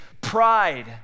pride